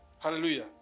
Hallelujah